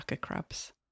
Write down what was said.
crabs